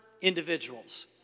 individuals